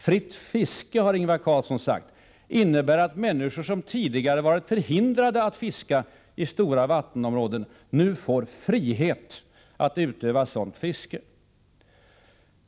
Fritt fiske, sade han, innebär att människor som tidigare varit förhindrade att fiska i stora vattenområden nu får frihet att utöva sådant fiske.